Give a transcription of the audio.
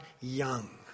young